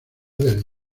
del